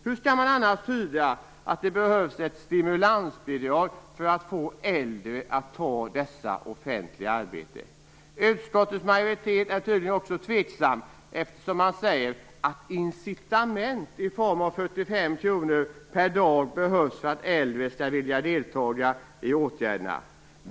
Hur skall vi annars tyda det faktum att regeringen anser att det behövs ett stimulansbidrag för att få äldre att ta dessa offentliga arbeten? Inom utskottets majoritet är man tydligen också tveksam, eftersom man säger att incitament i form av 45 kr per dag behövs för att äldre skall vilja delta i åtgärderna.